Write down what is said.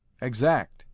Exact